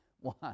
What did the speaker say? one